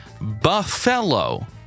buffalo